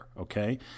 okay